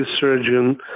surgeon